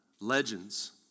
Legends